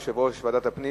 יושב-ראש ועדת הפנים,